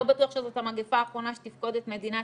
לא בטוח שזאת המגפה האחרונה שתפקוד את מדינת